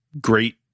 great